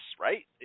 right